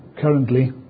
currently